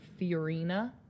Fiorina